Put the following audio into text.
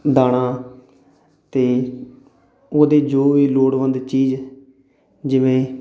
ਦਾਣਾ ਅਤੇ ਉਹਦੇ ਜੋ ਵੀ ਲੋੜਵੰਦ ਚੀਜ਼ ਜਿਵੇਂ